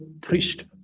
priest